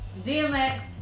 DMX